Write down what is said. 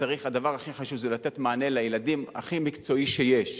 הדבר הכי חשוב זה לתת לילדים מענה הכי מקצועי שיש.